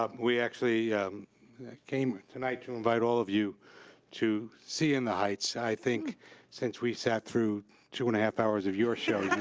um we actually came tonight to invite all of you to see in the heights. i think since we sat through two and a half hours of your show,